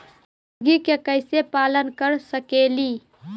मुर्गि के कैसे पालन कर सकेली?